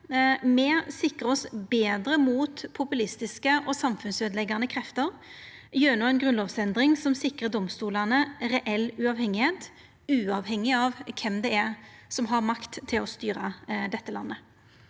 Me sikrar oss betre mot populistiske og samfunnsøydeleggjande krefter gjennom ei grunnlovsendring som sikrar domstolane reell uavhengigheit, uavhengig av kven det er som har makt til å styra dette landet.